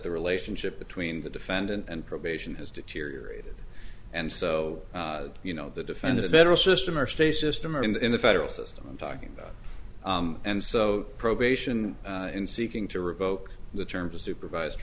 the relationship between the defendant and probation has deteriorated and so you know the defender the federal system or stay system or in the federal system i'm talking about and so probation in seeking to revoke the terms of supervised